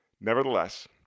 Nevertheless